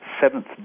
seventh